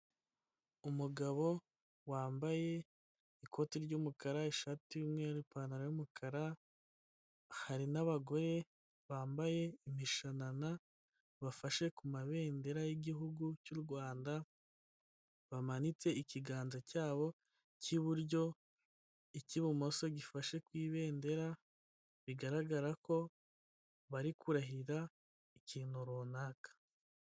Umugabo wambaye ikoti ry'umukara, ishati y'umweru, ipantaro y'umukara, hari n'abagore bambaye imishanana, bafashe ku mabendera y'igihugu cy'u Rwanda, bamanitse ikiganza cyabo cy'iburyo, icy'ibumoso gifashe ku ibendera, bigaragara ko bari kurahira ikintu runaka.